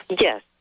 Yes